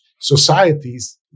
societies